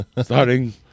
starting